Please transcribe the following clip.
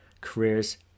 careers